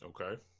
Okay